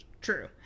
true